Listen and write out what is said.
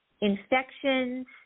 infections